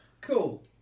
Cool